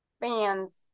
fans